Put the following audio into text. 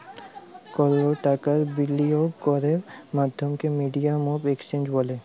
call টাকার বিলিয়গ ক্যরের মাধ্যমকে মিডিয়াম অফ এক্সচেঞ্জ ব্যলে